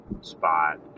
spot